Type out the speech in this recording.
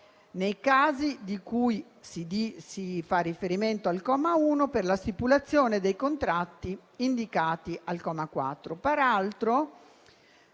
nei casi a cui si fa riferimento al comma 1 per la stipulazione dei contratti indicati al comma 4.